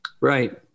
Right